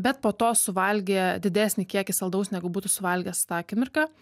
bet po to suvalgė didesnį kiekį saldaus negu būtų suvalgęs tą akimirką